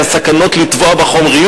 את הסכנות של לטבוע בחומריות,